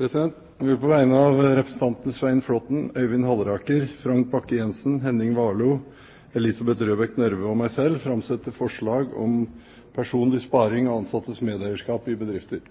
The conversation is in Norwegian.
Jeg vil på vegne av representantene Svein Flåtten, Øyvind Halleraker, Frank Bakke Jensen, Henning Warloe, Elisabeth Røbekk Nørve og meg selv framsette forslag om personlig sparing og ansattes medeierskap i bedrifter.